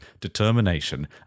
determination